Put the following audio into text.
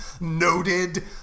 noted